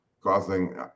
causing